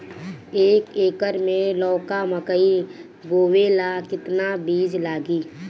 एक एकर मे लौका मकई बोवे ला कितना बिज लागी?